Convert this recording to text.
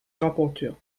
rapporteur